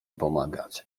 pomagać